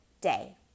day